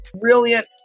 brilliant